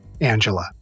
Angela